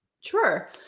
Sure